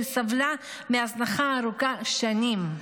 שסבל מהזנחה ארוכת שנים.